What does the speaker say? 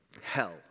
Hell